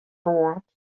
what